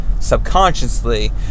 subconsciously